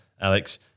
Alex